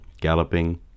galloping